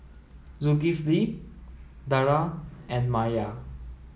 Zulkifli Dara and Maya